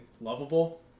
lovable